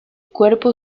cuerpo